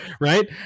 Right